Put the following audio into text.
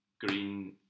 Green